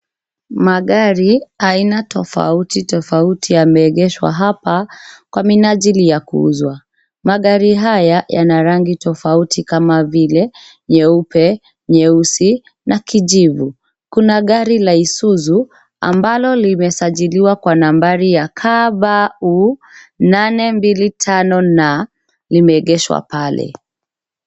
Magari aina tofauti tofauti yameegeshwa hapa kwa minajili ya kuuzwa. Magari haya yana marangi tofauti kama vile nyeupe, nyeusi na kijivu. Kuna gari la Isuzu ambalo limesajiliwa kwa nambari ya KBU 825N limeegeshwa pale.